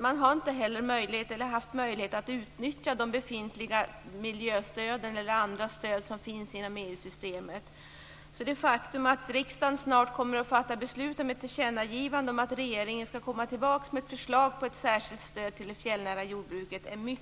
Man har inte haft möjlighet att utnyttja de befintliga miljöstöden eller andra stöd som finns inom EU-systemet. Det faktum att riksdagen snart kommer att fatta beslut om ett tillkännagivande om att regeringen skall komma tillbaka med ett förslag till ett särskilt stöd till det fjällnära jordbruket är